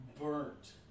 burnt